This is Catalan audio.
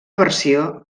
versió